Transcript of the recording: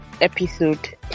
episode